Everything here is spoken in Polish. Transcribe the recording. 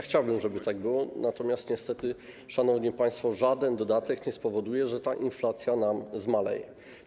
Chciałbym, żeby tak było, natomiast niestety, szanowni państwo, żaden dodatek nie spowoduje, że ta inflacja zmaleje.